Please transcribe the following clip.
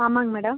ஆமாங்க மேடம்